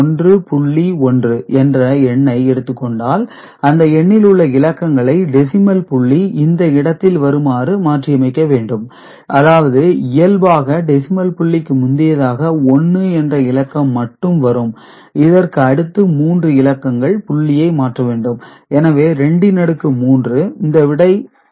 1 என்ற எண்ணை எடுத்துக்கொண்டால் அந்த எண்ணில் உள்ள இலக்கங்களை டெசிமல் புள்ளி இந்த இடத்தில் வருமாறு மாற்றியமைக்க வேண்டும் அதாவது இயல்பாக டெசிமல் புள்ளிக்கு முந்தியதாக 1 என்ற இலக்கம் மட்டும் வரும் இதற்கு அடுத்து 3 இலக்கங்கள் புள்ளியை மாற்ற வேண்டும் எனவே 2 ன் அடுக்கு 3